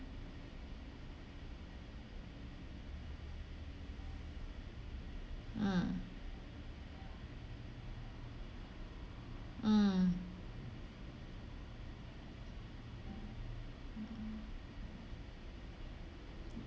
mm mm